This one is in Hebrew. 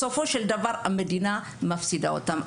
בסופו של דבר, המדינה מפסידה אותם.